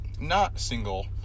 not-single